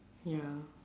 ya